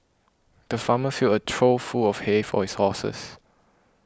the farmer filled a trough full of hay for his horses